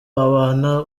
abana